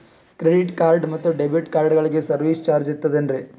Credit card ಮತ್ತು debit ಕಾರ್ಡಗಳಿಗೆ service charge ಇರುತೇನ್ರಿ?